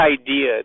idea